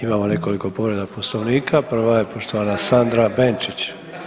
Imamo nekoliko povreda Poslovnika, prva je poštovana Sandra Benčić.